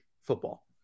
football